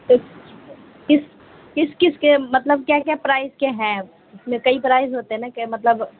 کس کس کس کے مطلب کیا کیا پرائز کے ہیں اس میں کئی پرائز ہوتے ہیں نا کہ مطلب